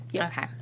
Okay